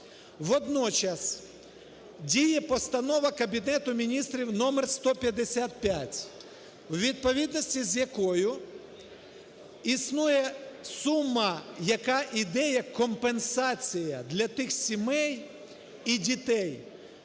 Водночас діє Постанова Кабінету Міністрів № 155, у відповідності з якою існує сума, яка іде як компенсація для тих сімей і дітей,